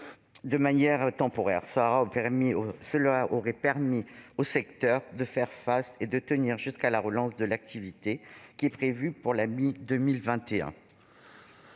de manière temporaire. Cette mesure aurait permis au secteur de faire face et de tenir jusqu'à la relance de l'activité, qui est prévue pour la mi-2021.